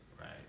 right